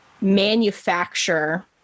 manufacture